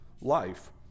life